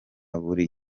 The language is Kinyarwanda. buri